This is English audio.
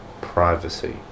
privacy